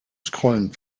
scrollen